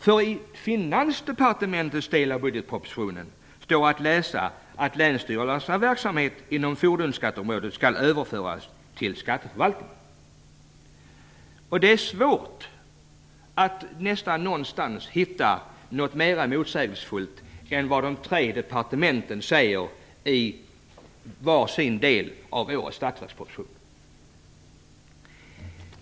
Ty i Finansdepartementets del av budgetpropositionen står att läsa att länsstyrelsernas verksamhet inom fordonsskatteområdet skall föras över till skatteförvaltningen." Det är svårt att någonstans hitta något mer motsägelsefullt än vad de tre departementen säger i var sin del av årets statsverksproposition.